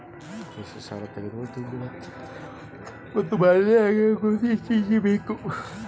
ಕೃಷಿ ಸಾಲಾ ತೊಗೋಣಕ ತುಂಬಿದ ಅರ್ಜಿ ಆಧಾರ್ ಪಾನ್ ಕಾರ್ಡ್ ಮತ್ತ ಮಾನ್ಯ ಆಗಿರೋ ಗುರುತಿನ ಚೇಟಿ ಬೇಕ